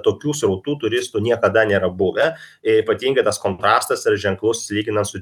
tokių srautų turistų niekada nėra buvę ypatingai tas kontrastas yra ženklus lyginant su